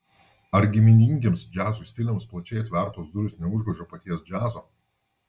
ar giminingiems džiazui stiliams plačiai atvertos durys neužgožia paties džiazo